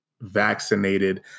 vaccinated